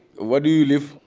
where do you live?